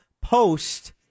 post